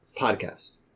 podcast